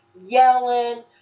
yelling